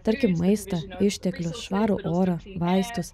tarkim maistą išteklius švarų orą vaistus